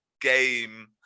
game